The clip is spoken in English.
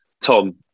Tom